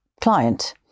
client